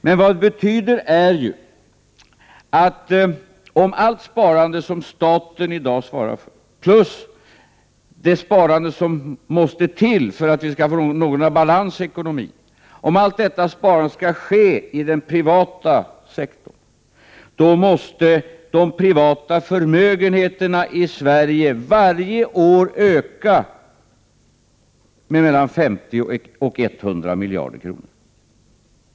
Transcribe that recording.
Men vad det betyder är ju att om allt sparande som staten i dag svarar för plus det sparande som måste till för att vi skall få någorlunda balans i ekonomin skall ske i den privata sektorn, då måste de privata förmögenheterna i Sverige varje år öka med mellan 50 och 100 miljarder kronor.